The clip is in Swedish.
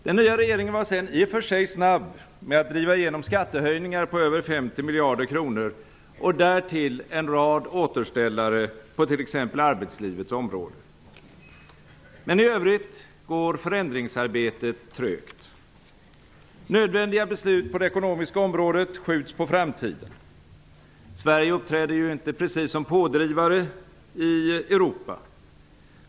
Den nya regeringen var sedan i och för sig snabb med att driva igenom skattehöjningar på över 50 miljarder kronor och därtill en rad återställare på t.ex. arbetslivets område. Men i övrigt går förändringsarbetet trögt. Nödvändiga beslut på det ekonomiska området skjuts på framtiden. Sverige uppträder inte precis som pådrivare i Europa.